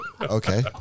Okay